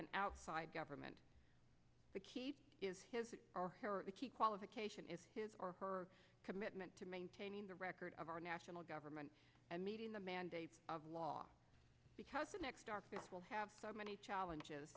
and outside government the key is his or qualification is his or her commitment to maintaining the record of our national government and meeting the mandate of law because the next darkness will have so many challenges